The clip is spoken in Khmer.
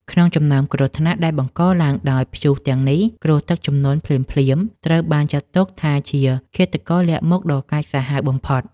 ក្នុងចំណោមគ្រោះថ្នាក់ដែលបង្កឡើងដោយព្យុះទាំងនេះ គ្រោះទឹកជំនន់ភ្លាមៗ ត្រូវបានចាត់ទុកថាជាឃាតករលាក់មុខដ៏កាចសាហាវបំផុត។